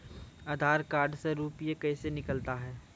आधार कार्ड से रुपये कैसे निकलता हैं?